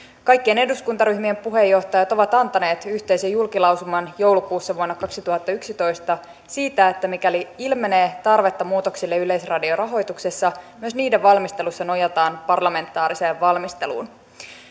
kaikkien eduskuntaryhmien puheenjohtajat ovat antaneet yhteisen julkilausuman joulukuussa vuonna kaksituhattayksitoista siitä että mikäli ilmenee tarvetta muutoksille yleisradion rahoituksessa myös niiden valmistelussa nojataan parlamentaariseen valmisteluun